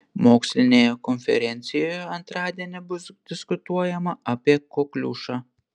mokslinėje konferencijoje antradienį bus diskutuojama apie kokliušą